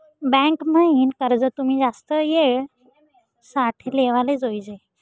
bank म्हाईन कर्ज तुमी जास्त येळ साठे लेवाले जोयजे